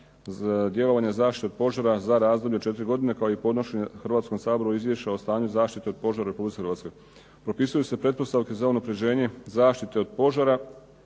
plan djelovanja zaštite od požara za razdoblje od 4 godine, kao i podnošenje Hrvatskom saboru izvješća o stanju zaštite od požara u Republici Hrvatskoj. Propisuju se pretpostavke za unapređenje zaštite od požara,